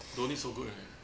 don't need so good right